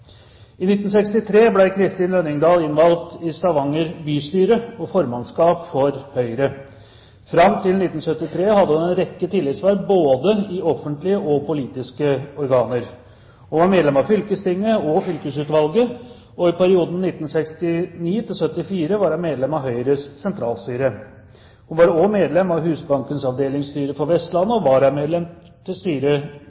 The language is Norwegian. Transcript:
I 1963 ble Kristin Lønningdal innvalgt i Stavanger bystyre og formannskap for Høyre. Frem til 1973 hadde hun en rekke tillitsverv både i offentlige og politiske organer. Hun var medlem av fylkestinget og fylkesutvalget, og i perioden 1969–1974 var hun medlem av Høyres sentralstyre. Hun var også medlem av Husbankens avdelingsstyre for Vestlandet